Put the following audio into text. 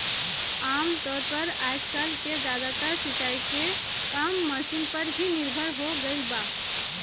आमतौर पर आजकल के ज्यादातर सिंचाई के काम मशीन पर ही निर्भर हो गईल बा